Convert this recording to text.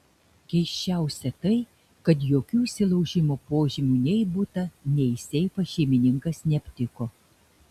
keisčiausia tai kad jokių įsilaužimo požymių nei į butą nei į seifą šeimininkas neaptiko